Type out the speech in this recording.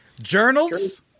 Journals